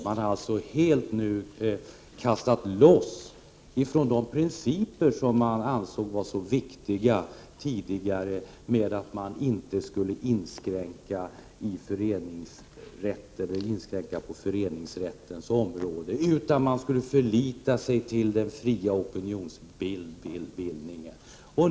Man har helt kastat loss från de principer som man tidigare ansåg vara så viktiga, nämligen att man inte skulle inskränka på föreningsrättens område utan förlita sig till den fria opinionsbildningen.